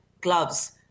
gloves